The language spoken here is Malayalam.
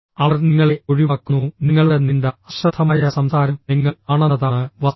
അവർ നിങ്ങളെ ഒഴിവാക്കുന്നു നിങ്ങളുടെ നീണ്ട അശ്രദ്ധമായ സംസാരം നിങ്ങൾ ആണെന്നതാണ് വസ്തുത